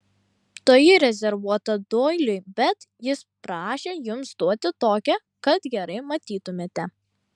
toji rezervuota doiliui bet jis prašė jums duoti tokią kad gerai matytumėte